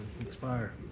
expire